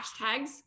hashtags